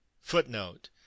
Footnote